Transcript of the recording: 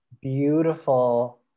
beautiful